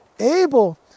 abel